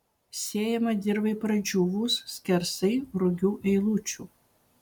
sėjama dirvai pradžiūvus skersai rugių eilučių